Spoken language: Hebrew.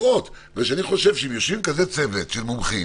ואני חושב שאם יושב כזה צוות של מומחים